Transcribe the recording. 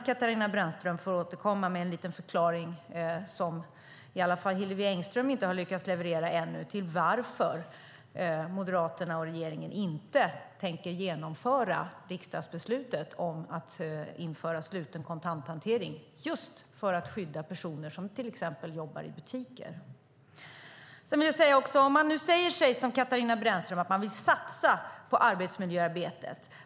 Katarina Brännström får gärna återkomma med en liten förklaring, som i alla fall Hillevi Engström inte har lyckats leverera ännu, till varför Moderaterna och regeringen inte tänker genomföra riksdagsbeslutet om att införa sluten kontanthantering, just för att skydda personer som till exempel jobbar i butiker. Katarina Brännström säger att man vill satsa på arbetsmiljöarbetet.